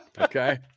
Okay